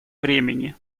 времени